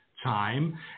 time